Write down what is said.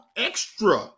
Extra